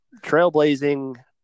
trailblazing